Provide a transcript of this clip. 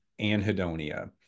anhedonia